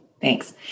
Thanks